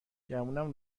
گمونم